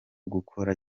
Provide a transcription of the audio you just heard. gukora